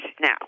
now